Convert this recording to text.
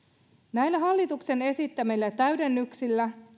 näillä hallituksen tieliikennelakiin esittämillä täydennyksillä